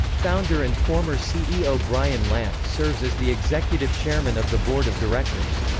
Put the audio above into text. founder and former ceo brian lamb serves as the executive chairman of the board of directors.